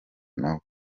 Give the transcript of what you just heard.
nawe